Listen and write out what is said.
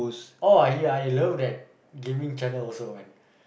oh I I love that gaming channel also man